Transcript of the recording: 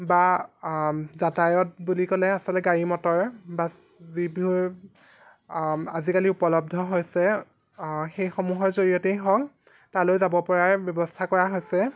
বা যাতায়াত বুলি ক'লে আচলতে গাড়ী মটৰ বা যিবোৰ আজিকালি উপলব্ধ হৈছে সেইসমূহৰ জৰিয়তেই হওক তালৈ যাব পৰাৰ ব্যৱস্থা কৰা হৈছে